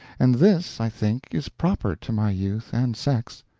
and this, i think, is proper to my youth and sex.